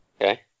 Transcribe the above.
Okay